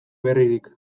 berririk